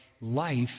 life